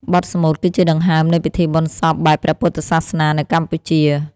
បទស្មូតគឺជាដង្ហើមនៃពិធីបុណ្យសពបែបព្រះពុទ្ធសាសនានៅកម្ពុជា។